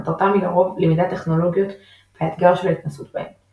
מטרתם היא לרוב למידת הטכנולוגיות והאתגר של ההתנסות בהן.